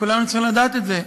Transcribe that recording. כולם צריכים לדעת את זה,